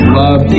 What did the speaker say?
love